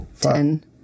ten